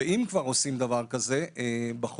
ואם כבר עושים דבר כזה בחוק,